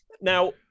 Now